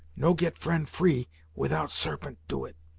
no get friend free without sarpent do it.